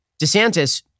DeSantis